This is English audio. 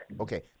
Okay